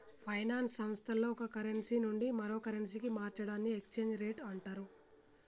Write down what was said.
finance సంస్థల్లో ఒక currency నుండి మరో కరెన్సీకి మార్చడాన్ని ఎక్స్చేంజ్ రేట్ అంటరు